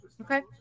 Okay